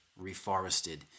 reforested